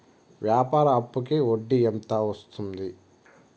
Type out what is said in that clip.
వ్యాపార అప్పుకి వడ్డీ ఎంత వస్తుంది?